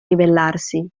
ribellarsi